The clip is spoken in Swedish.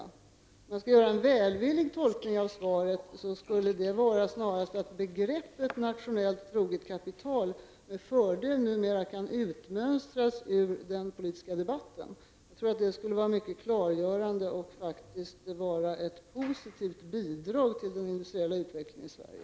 Om jag skall göra en välvillig tolkning av svaret skulle det snarast vara att begreppet nationellt troget kapital numera med fördel kan utmönstras ur den politiska debatten. Jag tror att det skulle vara mycket klargörande och ett positivt bidrag till den industriella utvecklingen i Sverige.